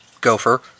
gopher